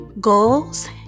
goals